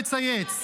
מצייץ.